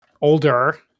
older